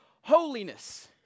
holiness